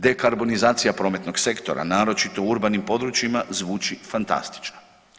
Dekarbonizacija prometnog sektora, naročito u urbanim područjima zvuči fantastično.